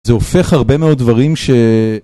זה הופך הרבה מאוד דברים ש...